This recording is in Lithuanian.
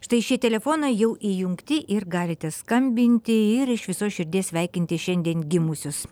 štai šie telefonai jau įjungti ir galite skambinti ir iš visos širdies sveikinti šiandien gimusius